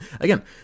again